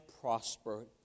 prospered